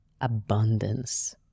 Abundance